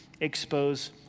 expose